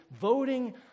voting